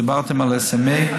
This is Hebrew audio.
דיברתם על SMA. ליצמן,